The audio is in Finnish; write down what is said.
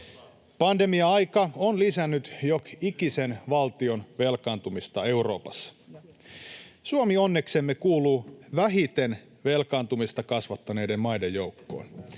Pandemia-aika on lisännyt jok’ikisen valtion velkaantumista Euroopassa. Suomi onneksemme kuuluu vähiten velkaantumista kasvattaneiden maiden joukkoon.